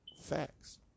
facts